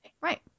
right